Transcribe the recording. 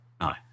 No